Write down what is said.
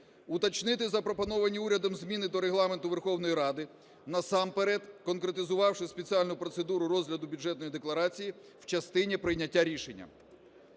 Уточнити запропоновані урядом зміни до Регламенту Верховної Ради, насамперед, конкретизувавши спеціальну процедуру розгляду Бюджетної декларації в частині прийняття рішення.